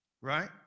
right